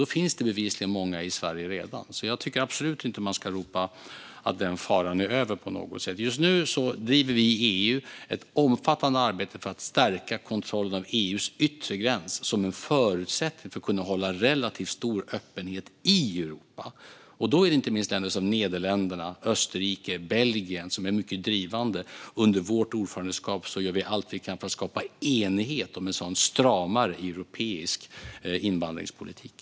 Då finns det bevisligen redan många i Sverige. Så jag tycker absolut inte att man ska ropa att den faran är över på något sätt. Just nu driver vi i EU ett omfattande arbete för att stärka kontrollen av EU:s yttre gräns som är en förutsättning för att kunna hålla en relativt stor öppenhet i Europa. Då är det inte minst länder som Nederländerna, Österrike och Belgien som är mycket drivande. Under vårt ordförandeskap gör vi allt vi kan för att skapa enighet om en sådan stramare europeisk invandringspolitik.